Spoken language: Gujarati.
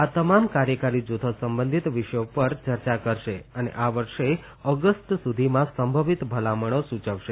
આ તમામ કાર્યકારી જૂથો સંબંધિત વિષયો પર ચર્ચા કરશે અને આ વર્ષે ઓગસ્ટ સુધીમાં સંભવિત ભલામણો સૂચવશે